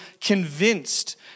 convinced